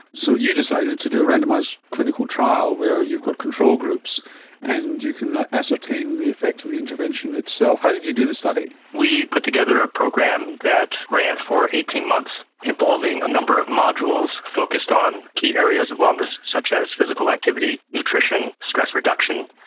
so you decided to do a randomised clinical trial where you've got control groups and you can ascertain the effect of the intervention itself. how did you do the study? we put together a program that ran for eighteen months involving a number of modules focused on key areas of wellness such as physical activity, nutrition, stress reduction,